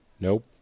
Nope